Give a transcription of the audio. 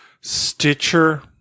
Stitcher